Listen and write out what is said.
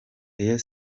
rayon